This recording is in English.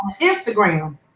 Instagram